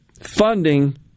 Funding